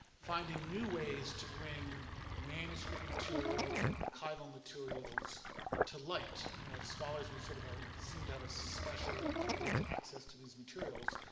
finding new ways to bring manuscript materials and archival materials to light scholars we sort of ah seem to have a special and privileged access to these materials.